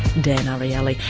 dan ariely,